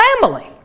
family